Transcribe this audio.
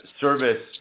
service